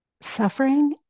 Suffering